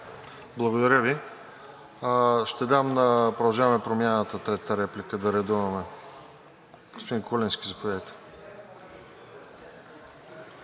Благодаря Ви. Ще дам на „Продължаваме Промяната“ третата реплика, да редуваме. Господин Куленски, заповядайте.